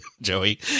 Joey